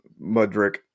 Mudrick